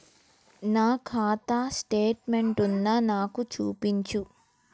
నా ఖాతా స్టేట్మెంట్ను నాకు చూపించు